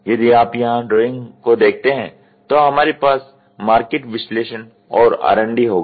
यदि आप यहां ड्राइंग को देखते हैं तो हमारे पास मार्केट विश्लेषण और RD होगा